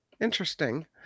Interesting